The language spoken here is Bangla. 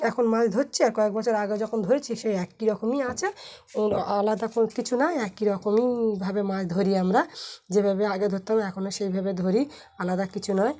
এখন মাছ ধরছি আর কয়েক বছর আগে যখন ধরেছি সেই একই রকমই আছে আলাদা কিছু নয় একই রকমইভাবে মাছ ধরি আমরা যেভাবে আগে ধরতাম এখনও সেইভাবে ধরি আলাদা কিছু নয়